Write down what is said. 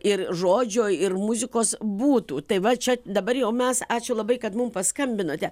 ir žodžio ir muzikos būtų tai vat čia dabar jau mes ačiū labai kad mum paskambinote